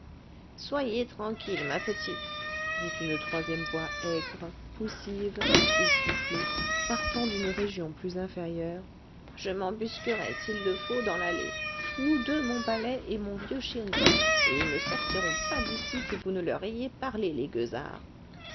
soyez tranquille ma petite dit une troisième voix aigre poussive essoufflée partant d'une région plus inférieure je m'embusquerai s'il le faut dans l'allée nous deux mon balai et mon vieux chéri et ils ne sortiront pas d'ici que vous ne leur ayez parlé les gueusards